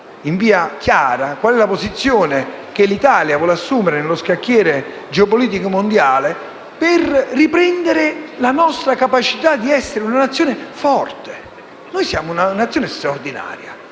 in modo chiaro qual è la posizione che l'Italia vuole assumere nello scacchiere geopolitico mondiale per riprendere la sua capacità di essere una Nazione forte. Noi siamo una Nazione straordinaria,